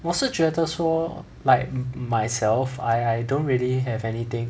我是觉得说 like myself I I don't really have anything